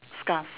scarf